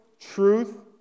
truth